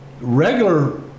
regular